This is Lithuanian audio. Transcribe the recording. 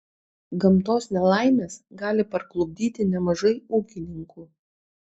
gamtos nelaimės gali parklupdyti nemažai ūkininkų